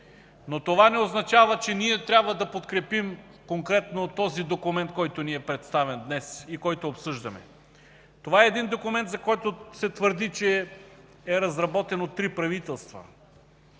Но това не означава, че ние трябва да подкрепим конкретно този документ, който ни е представен днес и който обсъждаме. Това е един документ, за който се твърди, че е разработен от три правителства.